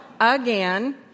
again